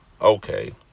Okay